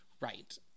Right